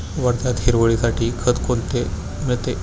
वर्ध्यात हिरवळीसाठी खत कोठे मिळतं?